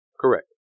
Correct